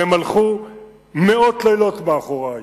והם הלכו מאות לילות מאחורי,